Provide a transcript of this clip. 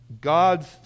God's